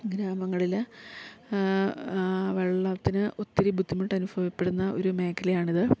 ഗ്രാമങ്ങളിൽ വെള്ളത്തിന് ഒത്തിരി ബുദ്ധിമുട്ടനുഭവപ്പെടുന്ന ഒരു മേഖലയാണിത്